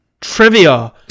Trivia